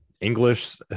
English